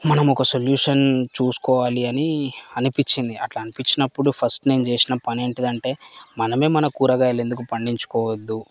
మనమొక సొల్యూషన్ చూసుకోవాలి అని అనిపిచ్చింది అట్లా అనిపిచ్చినప్పుడు ఫస్ట్ నేను చేసిన పనేంటిదంటే మనమే మన కూరగాయలెందుకు పండించుకోవద్దు